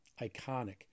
iconic